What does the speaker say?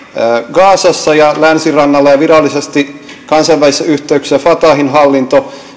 gazassa ja länsirannalla ja virallisesti kansainvälisissä yhteyksissä fatahin hallinto